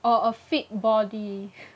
or a fit body